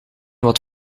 wat